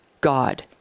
God